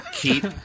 Keep